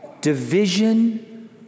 division